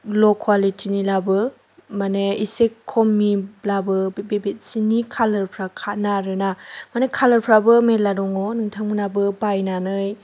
ल' क्वालिटिनिब्लाबो माने इसे खमनिब्लाबो बे बेडशितनि खालारफ्रा खारा आरोना माने खालारफोराबो मेरला दङ नोंथांमोनहाबो बायनानै